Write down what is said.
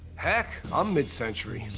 heck, i'm mid-century.